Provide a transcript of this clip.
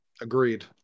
Agreed